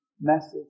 message